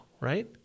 right